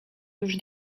już